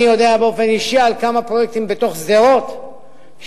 אני יודע באופן אישי על כמה פרויקטים בשדרות שאנשים